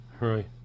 Right